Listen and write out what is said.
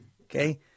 Okay